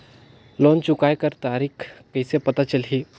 Loan चुकाय कर तारीक कइसे पता चलही?